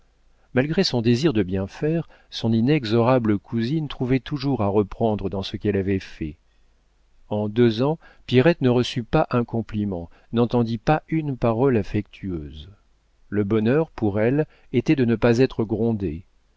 malgré son désir de bien faire son inexorable cousine trouvait toujours à reprendre dans ce qu'elle avait fait en deux ans pierrette ne reçut pas un compliment n'entendit pas une parole affectueuse le bonheur pour elle était de ne pas être grondée